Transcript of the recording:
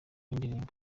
yindirimbo